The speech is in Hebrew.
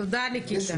תודה, ניקיטה.